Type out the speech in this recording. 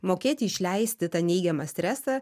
mokėti išleisti tą neigiamą stresą